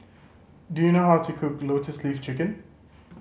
do you know how to cook Lotus Leaf Chicken